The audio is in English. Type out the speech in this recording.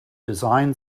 design